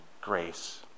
grace